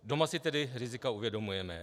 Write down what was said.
Doma si tedy rizika uvědomujeme.